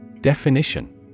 Definition